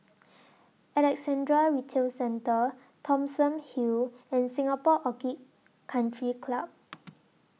Alexandra Retail Centre Thomson Hill and Singapore Orchid Country Club